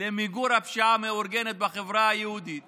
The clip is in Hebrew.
למיגור הפשיעה המאורגנת בחברה היהודית